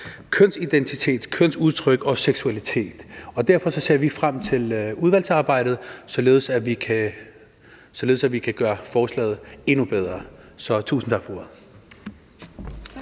kønsidentitet, kønsudtryk og seksualitet. Og derfor ser vi frem til udvalgsarbejdet, således at vi kan gøre forslaget endnu bedre. Tusind tak for ordet.